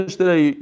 today